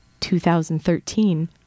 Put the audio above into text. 2013